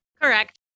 Correct